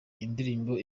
indirimbo